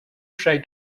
shy